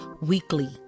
weekly